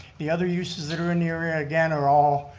the other uses that are in the area, again, are all,